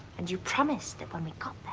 and you promised that when we got